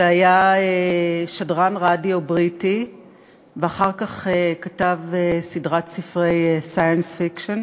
שהיה שדרן רדיו בריטי ואחר כך כתב סדרת ספרי science fiction.